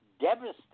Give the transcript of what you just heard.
devastated